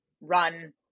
run